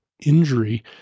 injury